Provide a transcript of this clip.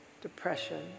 Depression